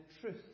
truth